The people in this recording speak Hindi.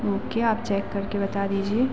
ओके आप चेक करके बता दीजिए